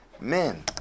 Men